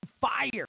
fire